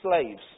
slaves